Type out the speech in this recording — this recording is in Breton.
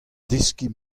deskiñ